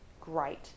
great